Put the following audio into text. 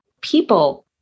people